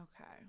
Okay